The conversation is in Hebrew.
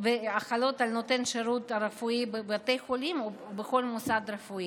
החלות על נותן שירות רפואי בבתי חולים או בכל מוסד רפואי.